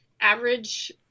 average